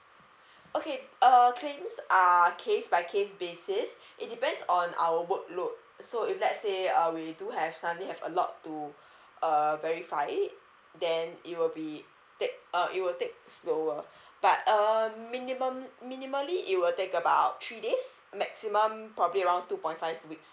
okay uh claims are case by case basis it depends on our work load so if let's say uh we do have suddenly have a lot to err verify then it will be take uh it will take slower but um minimum minimally it will take about three days maximum probably around two point five weeks